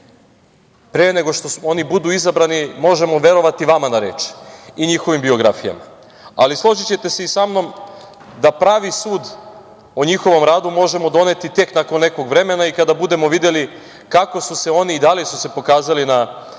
pre nego što oni budu izabrani možemo verovati vama na reč i njihovim biografijama, ali složićete se samnom da pravi sud o njihovom radu možemo doneti tek nakon nekog vremena i kada budemo videli kako su se oni i da li su se pokazali na